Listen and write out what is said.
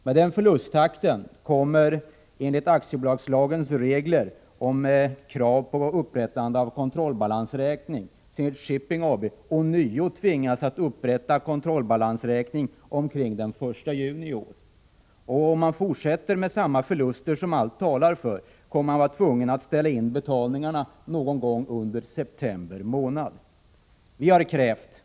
Med den förlusttakten kommer enligt aktiebolagslagens regler om krav på upprättande av kontrollbalansräkning Zenit Shipping AB ånyo att tvingas upprätta kontrollbalansräkning omkring den 1 juni i år. Om man, vilket allt talar för, kommer att fortsätta med samma förluster, blir man tvungen att ställa in betalningarna någon gång under september månad.